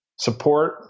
support